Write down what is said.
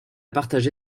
partagé